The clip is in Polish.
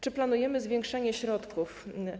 Czy planujemy zwiększenie środków?